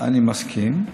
אני מסכים,